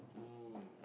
mm